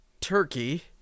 turkey